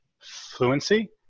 fluency